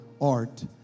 art